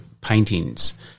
paintings